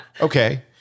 Okay